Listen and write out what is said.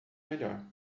melhor